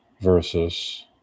versus